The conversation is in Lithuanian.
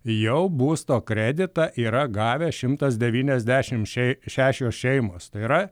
jau būsto kreditą yra gavę šimtas devyniasdešimt šei šešios šeimos tai yra